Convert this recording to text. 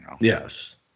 yes